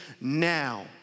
now